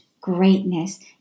greatness